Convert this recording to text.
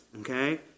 Okay